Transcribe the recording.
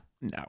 no